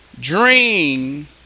dream